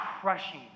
crushing